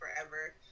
forever